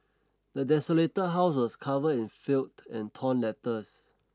the desolated house was covered in and torn letters